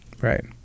right